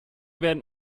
werden